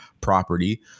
property